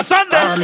Sunday